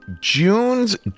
June's